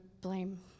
blame